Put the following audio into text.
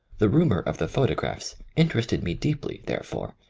the rumour of the photographs interested me deeply, there fore,